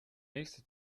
nächste